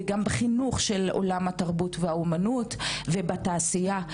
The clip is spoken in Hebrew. וגם בחינוך של עולם התרבות והאומנות, ובתעשייה.